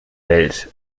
welt